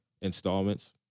installments